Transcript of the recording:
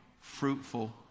fruitful